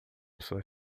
pessoa